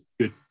good